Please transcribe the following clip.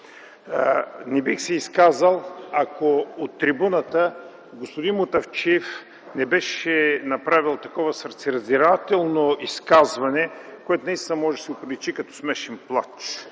Не бих се изказал, ако от трибуната господин Мутафчиев не беше направил такова сърцераздирателно изказване, което наистина може да се определи като смешен плач.